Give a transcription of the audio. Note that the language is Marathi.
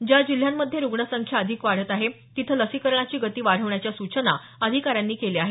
ज्या जिल्ह्यांमध्ये रुग्ण संख्या अधिक वाढत आहे तिथं लसीकरणाची गती वाढवण्याच्या सूचना अधिकाऱ्यांनी केल्या आहेत